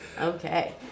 okay